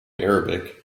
arabic